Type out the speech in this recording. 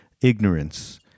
ignorance